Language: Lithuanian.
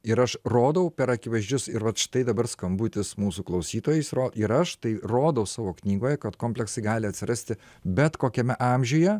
ir aš rodau per akivaizdžius ir vat štai dabar skambutis mūsų klausytojos ir aš tai rodau savo knygoje kad kompleksai gali atsirasti bet kokiame amžiuje